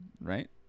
right